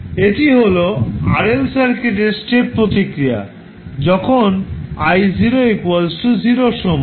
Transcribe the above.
এটিই হল RL সার্কিটের স্টেপ প্রতিক্রিয়া যখন I0 0 এর সমান